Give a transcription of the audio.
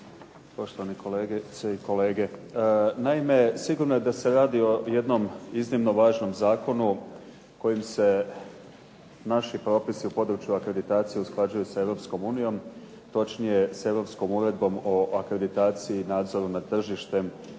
kolegice i kolege. Naime, sigurno je da se radi o jednom iznimno važnom zakonu kojim se naši propisi u području akreditacije usklađuju sa Europskom unijom, točnije sa Europskom odredbom o akreditaciji i nadzoru nad tržištem broj